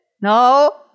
no